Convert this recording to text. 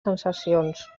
sensacions